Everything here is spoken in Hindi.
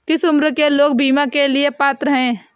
किस उम्र के लोग बीमा के लिए पात्र हैं?